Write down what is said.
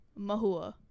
Mahua